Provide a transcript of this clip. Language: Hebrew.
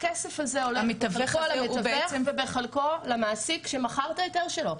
הכסף הזה הולך בחלקו למתווך ובחלקו למעסיק שמכר את ההיתר שלו,